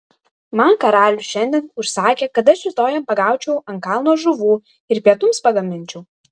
man karalius šiandien užsakė kad aš rytoj jam pagaučiau ant kalno žuvų ir pietums pagaminčiau